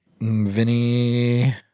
Vinny